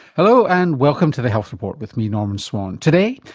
hello and welcome to the health report with me, norman swan. today,